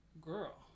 girl